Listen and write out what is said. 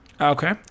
okay